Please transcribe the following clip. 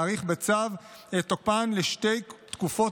להאריך בצו את תוקפן לשתי תקופות